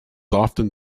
often